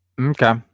Okay